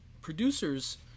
producers